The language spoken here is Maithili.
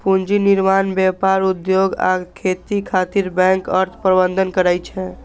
पूंजी निर्माण, व्यापार, उद्योग आ खेती खातिर बैंक अर्थ प्रबंधन करै छै